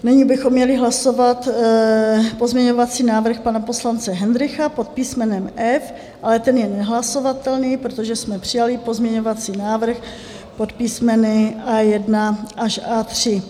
Nyní bychom měli hlasovat pozměňovací návrh pana poslance Hendrycha pod písmenem F, ale ten je hlasovatelný, protože jsme přijali pozměňovací návrh pod písmeny A1 až A3.